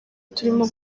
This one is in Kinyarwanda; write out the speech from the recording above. turimo